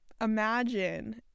imagine